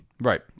Right